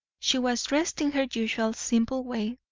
she was dressed in her usual simple way,